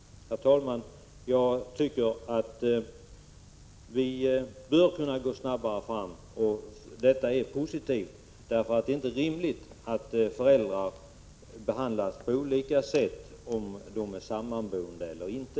Herr talman! Jag tycker att vi bör kunna gå snabbare fram. Detta är positivt, eftersom det inte är rimligt att olika föräldrar behandlas på olika sätt beroende på om de är sammanboende eller inte.